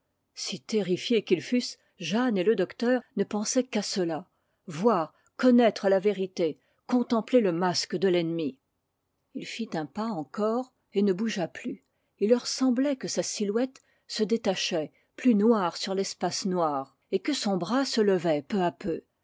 si terrifiés qu'ils fussent jeanne et le docteur ne pensaient qu'à cela voir connaître la vérité contempler le masque de l'ennemi il fit un pas encore et ne bougea plus il leur semblait que sa silhouette se détachait plus noire sur l'espace noir et que son bras se levait peu à peu